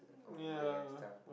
on the stuff